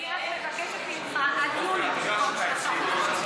אני רק מבקשת ממך עד יולי במקום שלושה חודשים.